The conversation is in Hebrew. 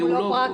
הוא לא פרקטי.